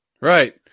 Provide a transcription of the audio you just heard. Right